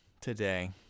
today